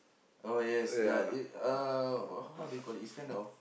oh yes ya it uh how do you call it it's kind of